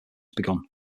begun